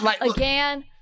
Again